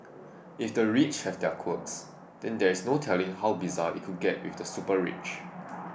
if the rich have their quirks then there's no telling how bizarre it could get with the super rich